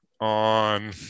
on